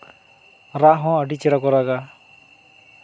ᱨᱟᱜ ᱦᱚᱸ ᱟᱹᱰᱤ ᱪᱮᱦᱨᱟ ᱠᱚ ᱨᱟᱜᱟ